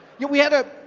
yeah we had a,